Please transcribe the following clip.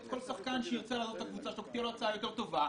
כל שחקן שירצה לעזוב את הקבוצה שלו כי יש לו הצעה יותר טובה,